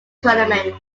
tournament